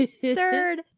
third